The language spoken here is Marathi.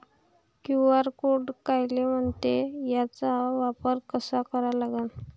क्यू.आर कोड कायले म्हनते, त्याचा वापर कसा करा लागन?